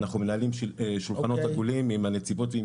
אנחנו מנהלים שולחנות עגולים עם הנציבות ועם